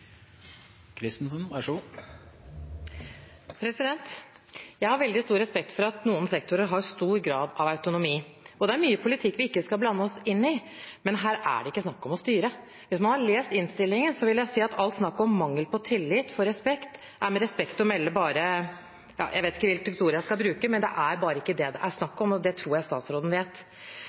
autonomi, og det er mye politikk vi ikke skal blande oss inn i. Men her er det ikke snakk om å styre. Hvis man har lest innstillingen, vil jeg si at alt snakket om mangel på tillit og respekt er, med respekt å melde, bare – ja, jeg vet ikke hvilket ord jeg skal bruke, men det er bare ikke det det er snakk om, og det tror jeg statsråden vet.